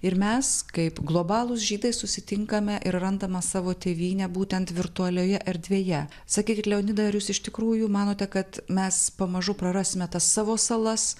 ir mes kaip globalūs žydai susitinkame ir randama savo tėvynę būtent virtualioje erdvėje sakykit leonidai ar jūs iš tikrųjų manote kad mes pamažu prarasime tas savo salas